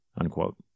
unquote